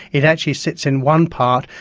it actually sits in one part,